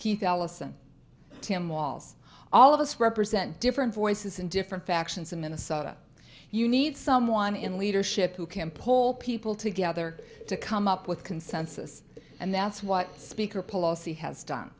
pete allison tim walz all of us represent different voices in different factions in minnesota you need someone in leadership who can pull people together to come up with consensus and that's what speaker pelosi has done